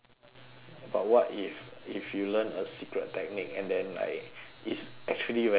but what if if you learn a secret technique and then like it's actually very easy